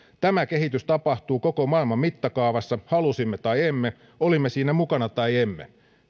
tämä kehitys tapahtuu koko maailman mittakaavassa halusimme tai emme olimme siinä mukana tai emme